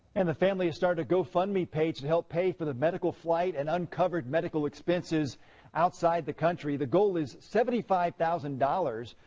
and family has started a go fund me page to help pay for the medical flight and uncovered medical expenses outside the country. the goal is seventy five thousand dollars.